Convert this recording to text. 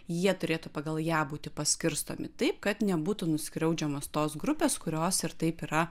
jie turėtų pagal ją būti paskirstomi taip kad nebūtų nuskriaudžiamas tos grupės kurios ir taip yra